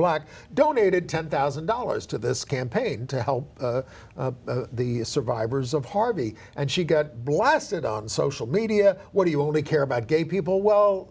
black donated ten thousand dollars to this campaign to help the survivors of harvey and she got blasted on social media what do you only care about gay people well